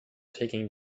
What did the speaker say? taking